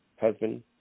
husband